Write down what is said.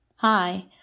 Hi